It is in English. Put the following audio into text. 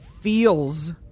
feels